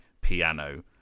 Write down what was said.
piano